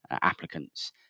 applicants